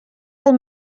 del